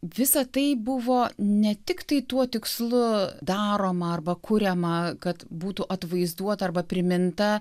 visa tai buvo ne tiktai tuo tikslu daroma arba kuriama kad būtų atvaizduota arba priminta